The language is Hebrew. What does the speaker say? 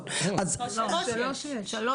שלוש יש.